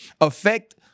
affect